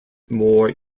more